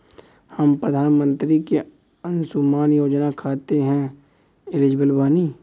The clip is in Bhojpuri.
हम प्रधानमंत्री के अंशुमान योजना खाते हैं एलिजिबल बनी?